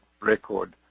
record